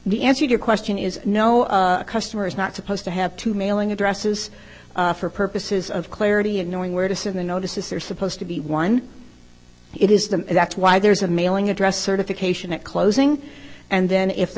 the answer your question is no customer is not supposed to have to mailing addresses for purposes of clarity and knowing where to send the know this is they're supposed to be one it is them that's why there's a mailing address certification at closing and then if the